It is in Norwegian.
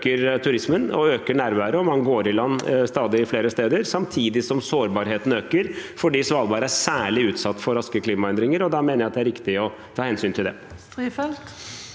øker turismen og nærværet, og man går i land stadig flere steder, samtidig som sårbarheten øker, for Svalbard er særlig utsatt for raske klimaendringer. Da mener jeg det er riktig å ta hensyn til det.